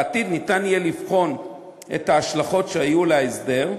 בעתיד ניתן יהיה לבחון את ההשלכות שהיו להסדר,